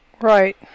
Right